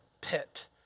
pit